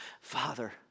Father